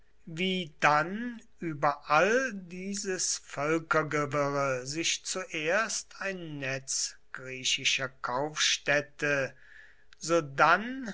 wie dann überall dieses völkergewirre sich zuerst ein netz griechischer kaufstädte sodann